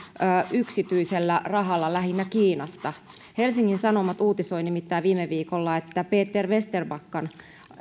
yksityisellä rahalla lähinnä kiinasta helsingin sanomat uutisoi nimittäin viime viikolla että peter vesterbackan